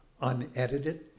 unedited